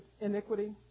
iniquity